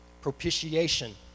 propitiation